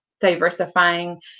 diversifying